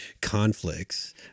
conflicts